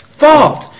Fault